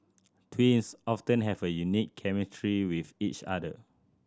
twins often have a unique chemistry with each other